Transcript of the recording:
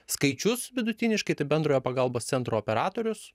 skaičius vidutiniškai tai bendrojo pagalbos centro operatorius